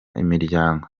imiryango